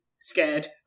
scared